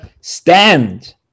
Stand